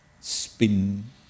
spin